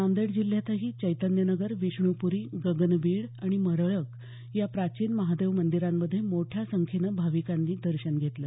नांदेड जिल्ह्यातही चैतन्यनगर विष्णूप्री गगनबीड आणि मरळक या प्राचीन महादेव मंदिरांमध्ये मोठ्या संख्येनं भाविकांनी दर्शन घेतलं